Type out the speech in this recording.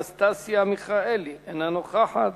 חברת הכנסת אנסטסיה מיכאלי, אינה נוכחת.